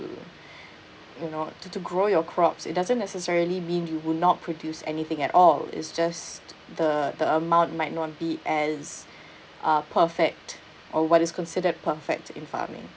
you know to to grow your crops it doesn't necessarily mean you would not produce anything at all it's just the the amount might not be as uh perfect or what is considered perfect in farming